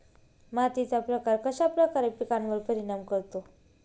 मातीचा प्रकार कश्याप्रकारे पिकांवर परिणाम करतो?